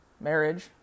marriage